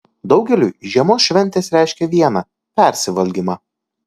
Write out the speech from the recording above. daugeliui žiemos šventės reiškia viena persivalgymą